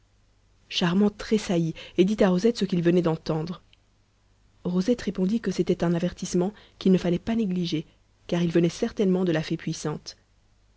charmant tressaillit et dit à rosette ce qu'il venait d'entendre rosette répondit que c'était un avertissement qu'il ne fallait pas négliger car il venait certainement de la fée puissante